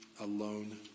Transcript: alone